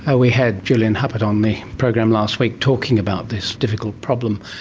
and we had julian huppert on the program last week talking about this difficult problem.